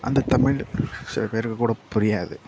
அந்த தமிழ் சில பேருக்கு கூட புரியாது